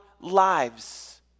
lives